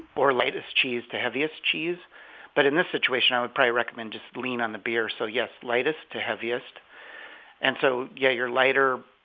or lightest cheese to heaviest cheese but in this situation, i would probably recommend to lean on the beer, so lightest to heaviest and so yeah your lighter,